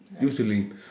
Usually